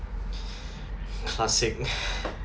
classic